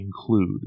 include